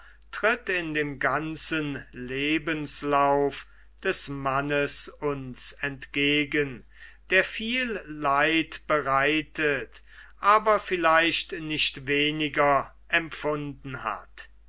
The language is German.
tritt in dem ganzen lebenslauf des mannes uns entgegen der viel leid bereitet aber vielleicht nicht weniger empfunden hat